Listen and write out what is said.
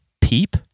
peep